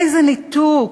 איזה ניתוק,